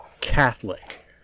catholic